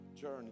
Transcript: journey